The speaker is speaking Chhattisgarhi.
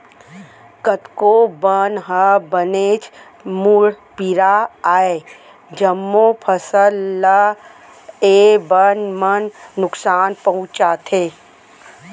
कतको बन ह बनेच मुड़पीरा अय, जम्मो फसल ल ए बन मन नुकसान पहुँचाथे